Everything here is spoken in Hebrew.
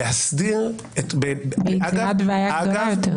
ביצירת בעיה גדולה יותר.